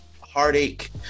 heartache